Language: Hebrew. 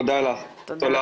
תודה לך גבירתי.